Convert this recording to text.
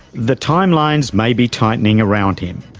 the time lines may be tightening around him,